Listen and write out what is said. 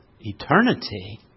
eternity